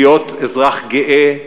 להיות אזרח גאה,